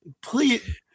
Please